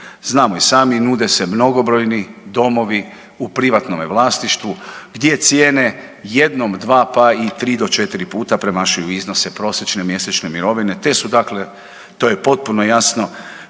Znamo i sami, nude se mnogobrojni domovi u privatnome vlasništvu gdje cijene jednom, dva, pa i tri do četiri puta premašuju iznose prosječne mjesečne mirovine te su dakle to je potpuno jasno